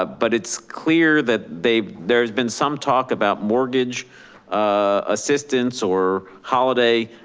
ah but it's clear that they there's been some talk about mortgage ah assistance or holiday,